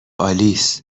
آلیس